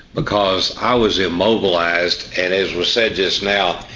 because i was immobilised and as was said just now,